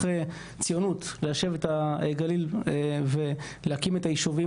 ציונות ליישב את הגליל ולהקים את הישובים,